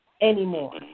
anymore